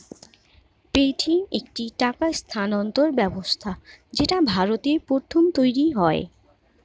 Paytm একটি টাকা স্থানান্তর ব্যবস্থা যেটা ভারতে প্রথম তৈরী হয়